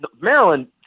Maryland